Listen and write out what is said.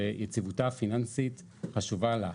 ויציבותה הפיננסית חשובה לה.